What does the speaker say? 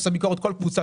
עושה ביקורת כל קבוצה,